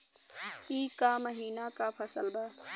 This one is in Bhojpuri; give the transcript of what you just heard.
ई क महिना क फसल बा?